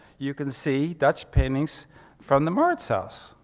you can see, dutch paintings from the mauritshuis,